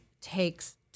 takes